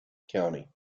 county